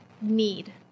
need